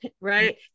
Right